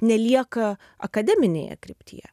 nelieka akademinėje kryptyje